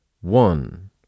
one